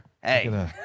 Hey